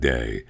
Day